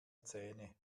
zähne